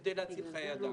כדי להציל חיי אדם.